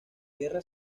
guerra